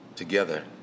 together